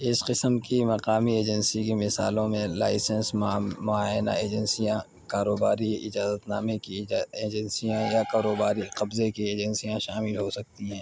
اس قسم کی مقامی ایجنسی کی مثالوں میں لائسینس معائنہ ایجنسیاں کاروباری اجازت نامے کی ایجنسیاں یا کاروباری قبضے کی ایجنسیاں شامل ہو سکتی ہیں